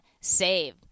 Save